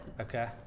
Okay